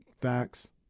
Facts